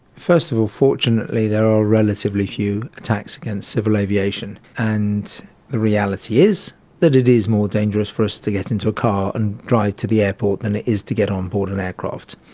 first of all, fortunately there are relatively few attacks against civil aviation. and the reality is that it is more dangerous for us to get into a car and drive to the airport than it is to get on board an aircraft.